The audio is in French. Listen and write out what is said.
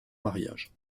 mariage